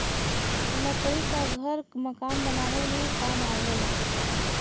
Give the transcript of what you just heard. लकड़ी घर मकान बनावे में काम आवेला